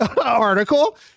article